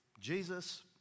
Jesus